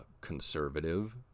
conservative